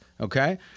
Okay